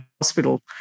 Hospital